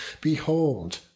behold